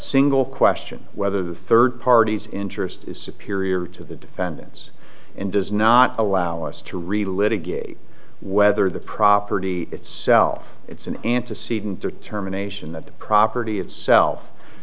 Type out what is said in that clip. single question whether the third party's interest is superior to the defendants and does not allow us to really litigate whether the property itself it's an antecedent determination that the property itself